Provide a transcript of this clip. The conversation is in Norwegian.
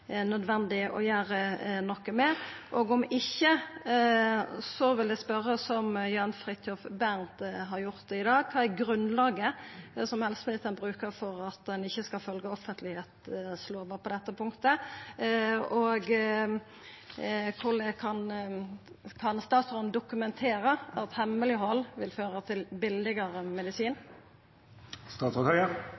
nødvendig å gjera noko med dette. Viss ikkje vil eg spørja som Jan Fridthjof Bernt har gjort i dag: Kva er grunnlaget som helseministeren bruker for at ein ikkje skal følgja offentlegheitslova på dette punktet? Kan statsråden dokumentera at hemmeleghald vil føra til billigare medisin?